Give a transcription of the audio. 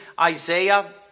Isaiah